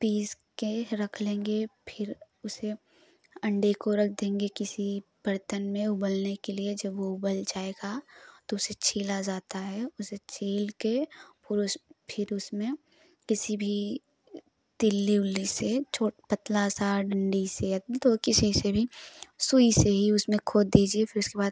piece कर रख लेंगे फिर उसे अंडे को रख देंगे किसी बर्तन में उबलने के लिए जब वो उबल जाएगा तो उसे छीला जाता है उसे छील कर पूरा फिर उसमें किसी भी तिल्ली ओल्ली से छोट पतला सा डंडी से या तो किसी से भी सुई से ही उसमें खोद दीजिए फिर उसके बाद